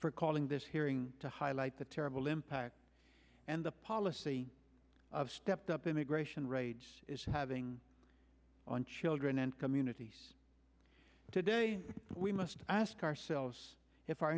for calling this hearing to highlight the terrible impact and the policy of stepped up immigration raids is having on children and communities today we must ask ourselves if our